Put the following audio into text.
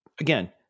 again